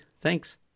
Thanks